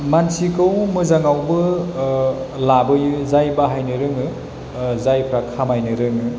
मानसिखौ मोजाङावबो लाबोयो जाय बाहायनो रोङो जायफ्रा खामायनो रोङो